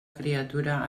criatura